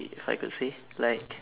it how to say like